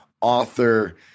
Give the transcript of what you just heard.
author